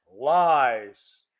lies